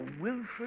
Wilfred